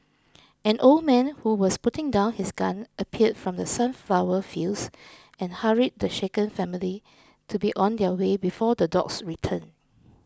an old man who was putting down his gun appeared from the sunflower fields and hurried the shaken family to be on their way before the dogs return